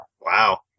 Wow